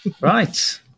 Right